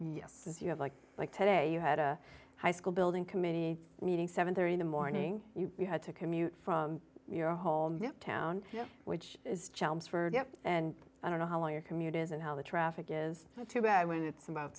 yes you have like like today you had a high school building committee meeting seven thirty in the morning you had to commute from your whole new town which is chelmsford and i don't know how long your commute is and how the traffic is too bad when it's about